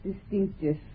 distinctive